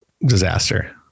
disaster